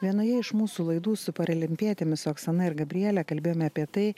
vienoje iš mūsų laidų su paralimpietėmis oksana ir gabriele kalbėjome apie tai